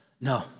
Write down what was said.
no